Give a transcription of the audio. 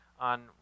on